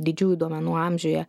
didžiųjų duomenų amžiuje